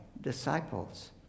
disciples